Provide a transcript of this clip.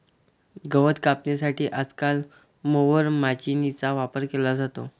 गवत कापण्यासाठी आजकाल मोवर माचीनीचा वापर केला जातो